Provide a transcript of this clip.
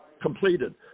completed